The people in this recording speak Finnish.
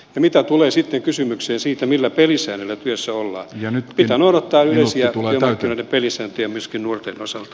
mitä tulee sitten kysymykseen siitä millä pelisäännöillä työssä ollaan pitää noudattaa yleisiä työmarkkinoiden pelisääntöjä myöskin nuorten osalta